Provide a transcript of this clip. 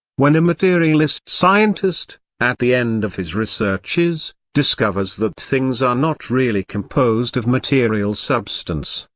when a materialist scientist, at the end of his researches, discovers that things are not really composed of material substance,